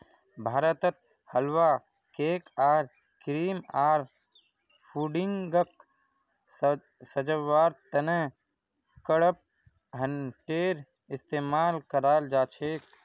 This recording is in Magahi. भारतत हलवा, केक आर क्रीम आर पुडिंगक सजव्वार त न कडपहनटेर इस्तमाल कराल जा छेक